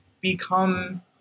become